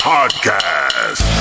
Podcast